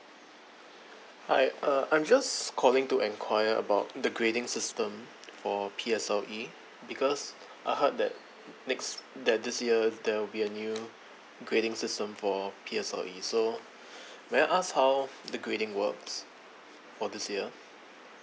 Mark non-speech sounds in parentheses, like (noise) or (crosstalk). hi uh I'm just calling to inquire about the grading system for P_S_L_E because I heard that next that this year there'll be a new grading system for P_S_L_E so (breath) may I ask how the grading works for this year